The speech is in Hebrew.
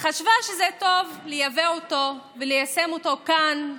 וחשבה שזה טוב לייבא אותו וליישם אותו כאן,